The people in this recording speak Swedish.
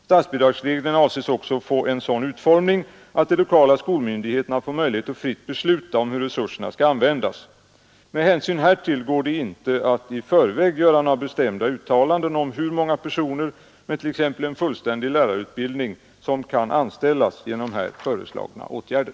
Statsbidragsreglerna avses också få en sådan utformning att de lokala skolmyndigheterna får möjlighet att fritt besluta om hur resurserna skall användas. Med hänsyn härtill går det inte att i förväg göra några bestämda uttalanden om hur många personer med t.ex. en fullständig lärarutbildning som kan anställas genom här föreslagna åtgärder.